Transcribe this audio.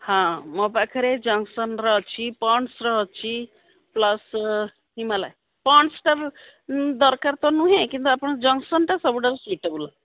ହଁ ମୋ ପାଖରେ ଜନ୍ସନ୍ର ଅଛି ପଣ୍ଡସର ଅଛି ପ୍ଲସ୍ ହିମାଳୟ ପଣ୍ଡସଟା ଦରକାର ତ ନୁହେଁ କିନ୍ତୁ ଆପଣ ଜନ୍ସନ୍ଟା ସବୁଠାରୁ ସ୍ଵିଟେବୁଲ୍